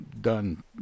done